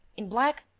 in black?